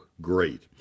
great